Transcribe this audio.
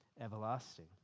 everlasting